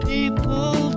People